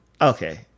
Okay